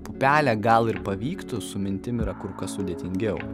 pupelę gal ir pavyktų su mintim yra kur kas sudėtingiau